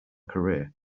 career